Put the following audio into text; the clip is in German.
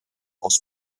aus